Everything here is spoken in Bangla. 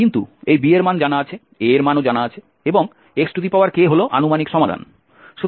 কিন্তু এই b এর মান জানা আছে A এর মানও জানা আছে এবং xk হল আনুমানিক সমাধান